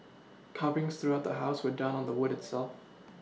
carvings throughout the house were done on the wood itself